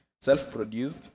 self-produced